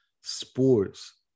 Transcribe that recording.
sports